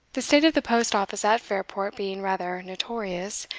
the state of the post-office at fairport being rather notorious,